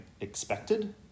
expected